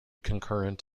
concurrent